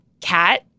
cat